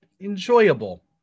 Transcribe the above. enjoyable